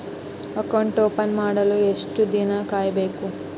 Account open ಮಾಡಲು ಎಷ್ಟು ದಿನ ಕಾಯಬೇಕು?